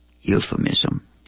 euphemism